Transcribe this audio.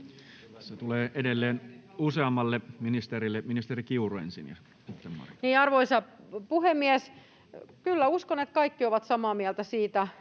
tulee edelleen useammalle ministerille. Ministeri Kiuru ensin ja sitten Marin. Arvoisa puhemies! Kyllä uskon, että kaikki ovat samaa mieltä siitä,